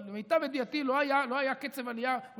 אבל למיטב ידיעתי לא היה קצב עלייה כזה,